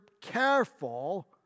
careful